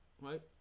right